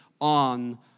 On